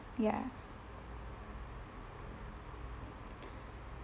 ya